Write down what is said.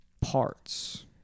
parts